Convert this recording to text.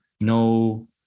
no